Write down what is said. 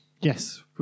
Yes